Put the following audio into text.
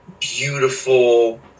beautiful